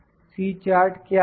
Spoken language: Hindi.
C चार्ट क्या है